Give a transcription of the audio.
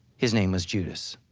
his name was judas?